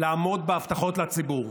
לעמוד בהבטחות לציבור.